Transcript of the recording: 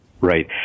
Right